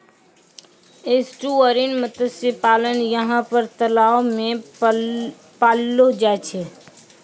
estuarine मत्स्य पालन यहाँ पर तलाव मे पाललो जाय छै